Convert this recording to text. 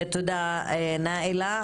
תודה נאילה.